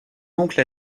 oncle